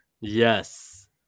Yes